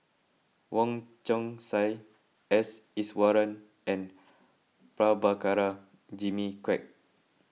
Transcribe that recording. Wong Chong Sai S Iswaran and Prabhakara Jimmy Quek